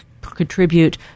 contribute